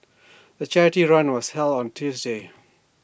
the charity run was held on Tuesday